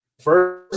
first